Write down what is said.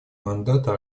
мандата